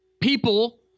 People